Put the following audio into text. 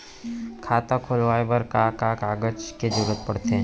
खाता खोलवाये बर का का कागज के जरूरत पड़थे?